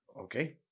okay